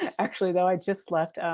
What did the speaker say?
actually though, i just left.